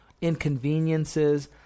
inconveniences